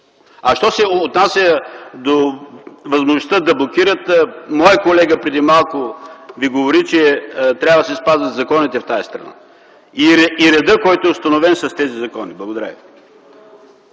Що се отнася до възможността да блокират, моят колега преди малко Ви говори, че трябва да се спазват законите в тази страна, и редът, който е установен с тези закони. Благодаря.